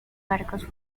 barcos